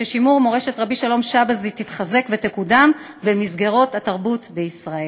ששימור מורשת רבי שלום שבזי תתחזק ותקודם במסגרות התרבות בישראל.